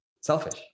selfish